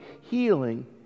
healing